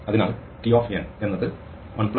അതിനാൽ T എന്നത് 1 2